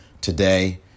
today